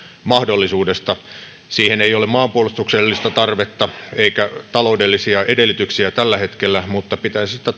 mahdollisuudesta siihen ei ole maanpuolustuksellista tarvetta eikä taloudellisia edellytyksiä tällä hetkellä mutta pitäisin sitä